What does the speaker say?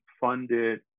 funded